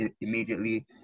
immediately